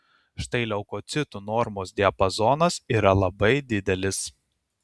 štai leukocitų normos diapazonas yra labai didelis